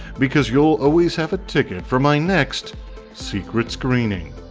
because you'll always have a ticket for my next secret screening